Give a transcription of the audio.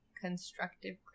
constructive